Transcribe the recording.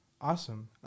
awesome